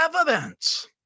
evidence